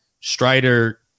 Strider